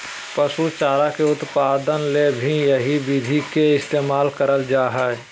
पशु चारा के उत्पादन ले भी यही विधि के इस्तेमाल करल जा हई